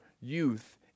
youth